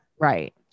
Right